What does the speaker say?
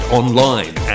online